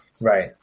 Right